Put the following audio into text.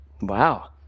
Wow